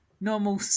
normal